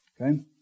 Okay